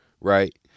right